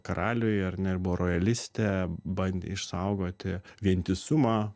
karaliui ar ne buvo rojaliste bandė išsaugoti vientisumą